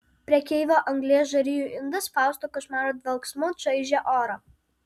prekeivio anglies žarijų indas fausto košmaro dvelksmu čaižė orą